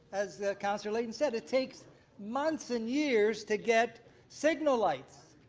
as councillor layton said it takes months and years to get signal lights.